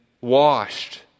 washed